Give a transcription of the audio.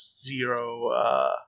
zero